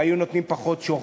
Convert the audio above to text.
והיו נותנים פחות שוחד.